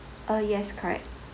uh yes correct